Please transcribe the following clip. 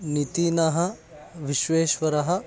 नितिनः विश्वेश्वरः